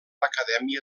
acadèmia